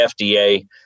FDA